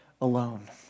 alone